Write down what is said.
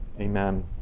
amen